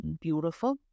beautiful